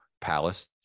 palace